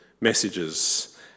messages